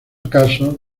casos